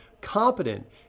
competent